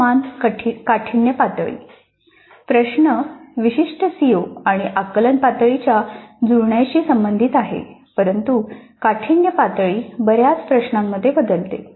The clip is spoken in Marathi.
असमान काठिण्य पातळी प्रश्न विशिष्ट सीओ आणि आकलन पातळीच्या जुळण्याशी संबंधित आहे परंतु काठिण्य पातळी बऱ्याच प्रश्नांमध्ये बदलते